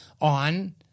on